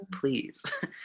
please